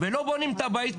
ולא בונים את הבית.